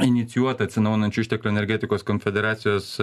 inicijuota atsinaujinančių išteklių energetikos konfederacijos